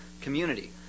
community